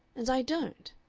and i don't.